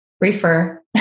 refer